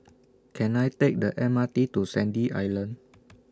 Can I Take The M R T to Sandy Island